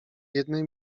jednej